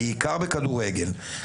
בעיקר בכדורגל.